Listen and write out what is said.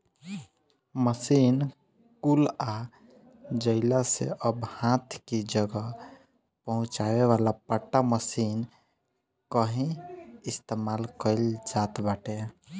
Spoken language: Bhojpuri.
मशीन कुल आ जइला से अब हाथ कि जगह पहुंचावे वाला पट्टा मशीन कअ ही इस्तेमाल कइल जात बाटे